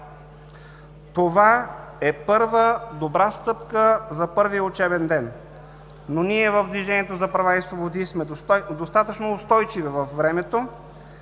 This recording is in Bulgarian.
това е първа, добра стъпка за първия учебен ден. Ние, в „Движението за права и свободи“, сме достатъчно устойчиви във времето